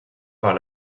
par